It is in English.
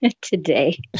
today